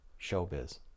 Showbiz